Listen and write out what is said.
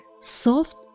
soft